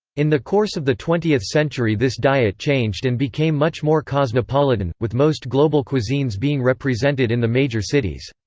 in the course of the twentieth century this diet changed and became much more cosmopolitan, with most global cuisines being represented in the major cities.